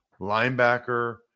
Linebacker